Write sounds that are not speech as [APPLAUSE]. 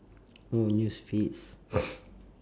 oh news feeds [BREATH]